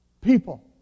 people